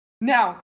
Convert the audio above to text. now